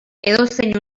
edozein